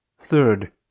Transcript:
Third